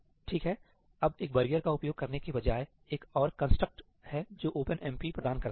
ठीक है अब एक बैरियर का उपयोग करने के बजाय एक और कंस्ट्रक्ट है जो ओपनएमपी प्रदान करता है